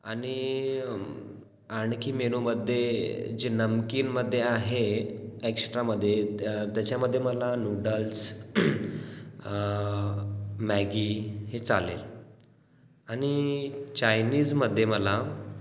आणि आणखी मेनूमध्ये जे नमकीनमधे आहे एक्स्ट्रामधे त्याच्यामधे मला नूडल्स मॅगी हे चालेल आणि चायनीजमध्ये मला